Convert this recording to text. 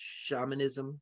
shamanism